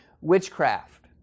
witchcraft